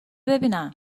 ببینم